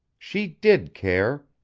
she did care.